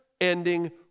ending